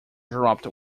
dropped